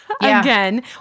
again